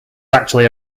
actually